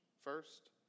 First